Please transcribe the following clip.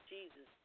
Jesus